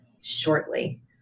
shortly